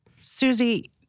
Susie